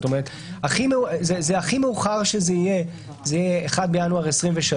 כלומר הכי מאוחר שיהיה 1.1.23,